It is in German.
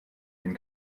den